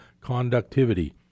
conductivity